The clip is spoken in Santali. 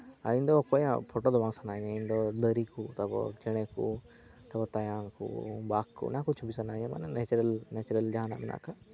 ᱟᱨ ᱤᱧ ᱫᱚ ᱚᱠᱚᱭᱦᱚᱸ ᱯᱷᱳᱴᱳ ᱫᱚ ᱵᱟᱝ ᱥᱟᱱᱟᱭᱤᱧᱟᱹ ᱤᱧ ᱫᱚ ᱫᱟᱨᱮ ᱠᱚ ᱛᱟᱨᱯᱚᱨ ᱪᱮᱬᱮ ᱠᱚ ᱛᱚ ᱛᱟᱭᱟᱱ ᱠᱚ ᱵᱟᱜᱽ ᱠᱚ ᱚᱱᱟᱠᱚ ᱪᱷᱚᱵᱤ ᱥᱟᱱᱟᱭᱤᱧᱟᱹ ᱢᱟᱱᱮ ᱱᱮᱹᱪᱟᱨᱟᱞ ᱡᱟᱦᱟᱱᱟᱜ ᱢᱮᱱᱟᱜ ᱟᱠᱟᱫ